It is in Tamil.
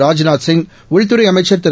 ராஜ்நாத்சிங் உள்துறை அமைச்சர் திரு